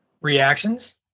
reactions